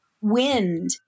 wind